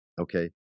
Okay